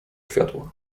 światło